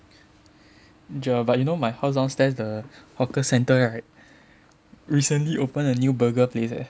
Joel but you know my house downstairs the hawker center right recently opened a new burger place leh